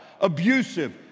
abusive